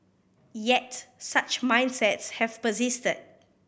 yet such mindsets have persisted